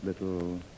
little